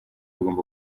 igomba